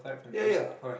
ya ya